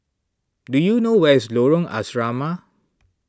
do you know where is Lorong Asrama